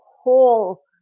whole